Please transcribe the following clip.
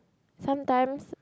sometimes